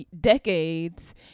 decades